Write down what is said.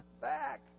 back